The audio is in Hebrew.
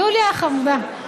יוליה חמודה.